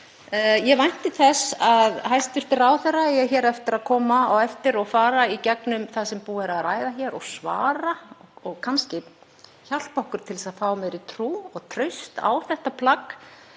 Ég vænti þess að hæstv. ráðherra eigi eftir að koma á eftir og fara í gegnum það sem búið er að ræða hér og svara og kannski hjálpa okkur til að fá meiri trú og traust á þetta plagg.